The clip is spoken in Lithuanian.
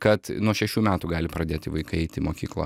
kad nuo šešių metų gali pradėti vaikai eiti į mokyklą